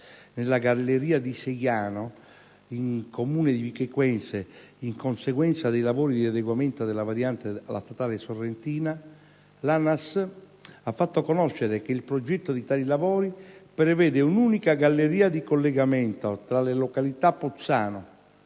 nella galleria di Seiano, in Comune di Vico Equense in conseguenza dei lavori di adeguamento della variante alla statale Sorrentina, l'ANAS Spa ha fatto conoscere che il progetto di tali lavori prevede un'unica galleria di collegamento tra le località Pozzano,